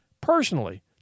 personally